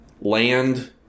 land